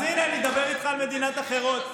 אז הינה, אני מדבר איתך על מדינות אחרות.